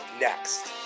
next